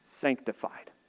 sanctified